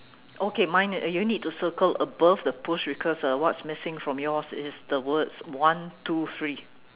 okay mine uh you need to circle above the push because uh what's missing from yours is the words one two three